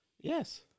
Yes